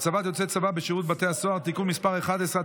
(הצבת יוצאי צבא בשירות בתי הסוהר) (תיקון מס' 11),